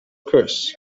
curse